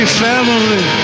family